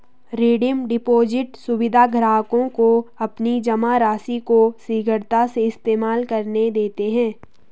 redeem deposit सुविधा ग्राहकों को अपनी जमा राशि को शीघ्रता से इस्तेमाल करने देते है